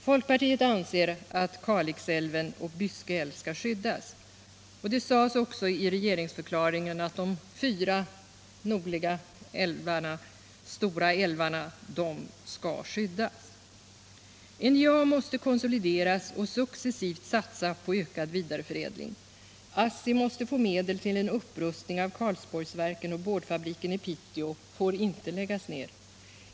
Folkpartiet anser att Kalixälven och Byske älv skall skyddas, och det sades också i regeringsförklaringen att de fyra nordliga stora älvarna skall skyddas. NJA måste konsolideras och successivt satsa på ökad vidareförädling. ASSI måste få medel till en upprustning av Karlsborgsverken, och boardfabriken i Piteå får inte läggas ner.